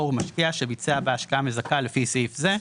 הוא משקיע שביצע בה השקעה מזכה לפי סעיף זה,